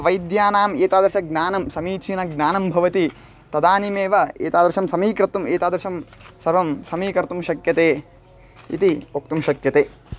वैद्यानाम् एतादृशज्ञानं समीचीनज्ञानं भवति तदानीमेव एतादृशं समीकर्तुम् एतादृशं सर्वं समीकर्तुं शक्यते इति वक्तुं शक्यते